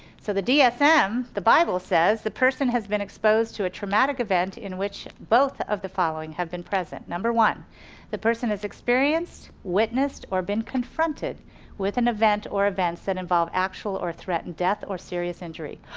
so the dsm, the bible says, the person has been exposed to a traumatic event in which both of the following have been present. number one the person has experienced, witnessed, or been confronted with an event or events, that involve actual or threatened death or serious injury,